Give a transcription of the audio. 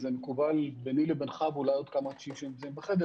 זה מקובל ביני לבינך ואולי עוד כמה אנשים שנמצאים בחדר,